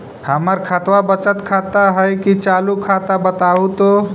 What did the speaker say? हमर खतबा बचत खाता हइ कि चालु खाता, बताहु तो?